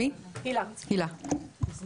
הילה שינוק, בבקשה.